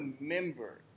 remember